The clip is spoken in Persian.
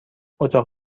اتاق